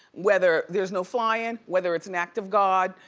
whether there's no flyin', whether it's an act of god,